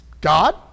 God